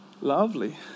Lovely